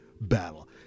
battle